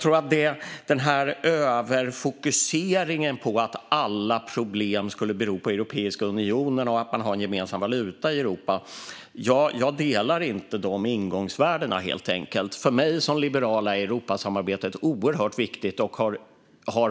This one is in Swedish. När det gäller överfokuseringen på att alla problem skulle bero på Europeiska unionen och på att man har en gemensam valuta i Europa håller jag inte med om de ingångsvärdena. För mig som liberal är Europasamarbetet oerhört viktigt.